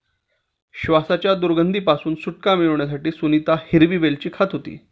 श्वासाच्या दुर्गंधी पासून सुटका मिळवण्यासाठी सुनीता हिरवी वेलची खात होती